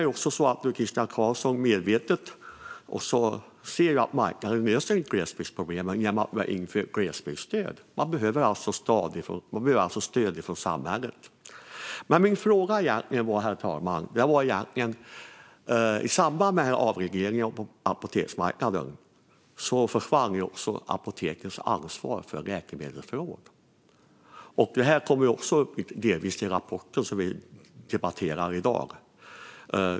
Christian Carlsson är ju medveten om att marknaden inte löser glesbygdsproblemen eftersom man har infört ett glesbygdsstöd. Det behövs alltså stöd från samhället. Herr talman! Min fråga var egentligen en annan. I samband med avregleringen av apoteksmarknaden försvann också apotekens ansvar för läkemedelsfrågor. Det här kom delvis upp i den rapport som vi debatterar i dag.